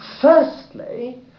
firstly